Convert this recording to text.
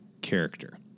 character